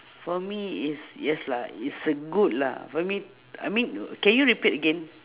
for me is yes lah is a good lah for me I mean can you repeat again